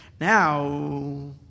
Now